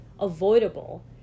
avoidable